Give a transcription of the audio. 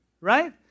right